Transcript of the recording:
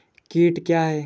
कीट क्या है?